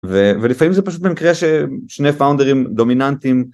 ולפעמים זה פשוט במקרה ששני פאונדרים דומיננטיים.